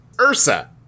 Ursa